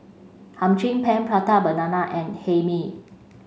Hum Chim Peng Prata banana and Hae Mee